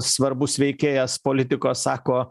svarbus veikėjas politikos sako